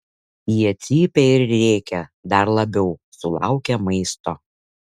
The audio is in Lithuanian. jie cypia ir rėkia dar labiau sulaukę maisto